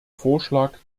vorschlag